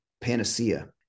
panacea